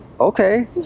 Okay